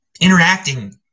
interacting